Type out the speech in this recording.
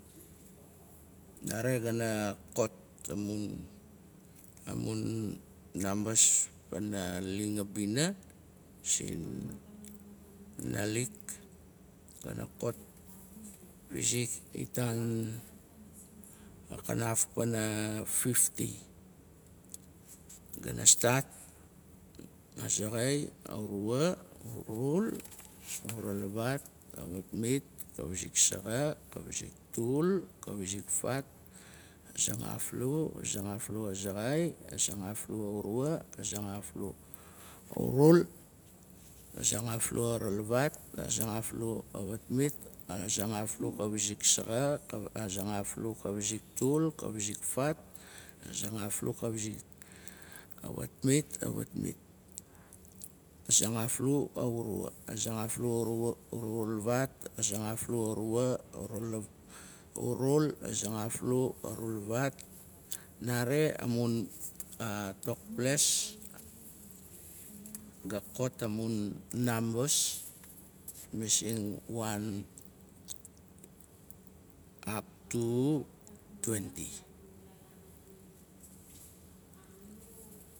Nare gana kot amun nambas pana a ling a bina, sin nalik. gana kot pizik i tan, kanaf pana fifty. Gana stat, azaxai, aurua, urul, urulavat, kawatmit, kawiziktul, kawizik faat, kazangaaflu, azangaflu, azaxai, azangaflu urua, azangaflu urul urulavat, azangaflu kawatmit, azangaaflu kawiziksaxa, azangaaflu kawiziktul. azangaaflu kawizikfaat, azangaaflu ma urua, azangaaflu urulavat, azangaaflu uru maurull. nare amun tokples, ga kot amun nambas sin one up to twenty.